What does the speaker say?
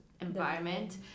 environment